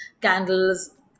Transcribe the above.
candles